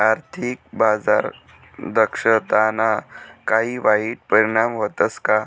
आर्थिक बाजार दक्षताना काही वाईट परिणाम व्हतस का